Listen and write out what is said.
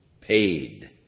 paid